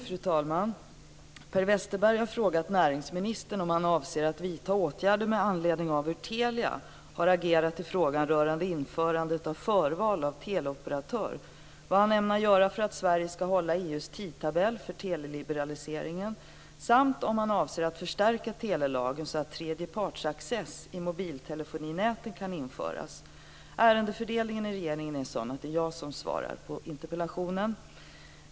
Fru talman! Per Westerberg har frågat näringsministern om han avser att vidta åtgärder med anledning av hur Telia har agerat i frågan rörande införandet av förval av teleoperatör, vad han ämnar göra för att Sverige skall hålla EU:s tidtabell för teleliberaliseringen samt om han avser att förstärka telelagen så att tredjepartsaccess i mobiltelefoninäten kan införas. Ärendefördelningen i regeringen är sådan att det är jag som svarar på interpellationen.